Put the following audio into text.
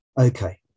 Okay